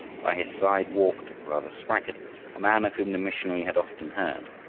by his side walked, or rather, swaggered a man of whom the missionary had often heard.